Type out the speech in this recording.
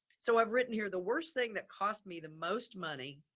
so i've written here the worst thing that caused me the most money.